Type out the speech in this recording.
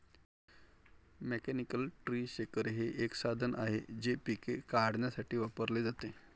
mechanical tree shaker हे एक साधन आहे जे पिके काढण्यासाठी वापरले जाते